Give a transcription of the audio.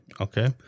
Okay